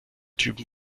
typen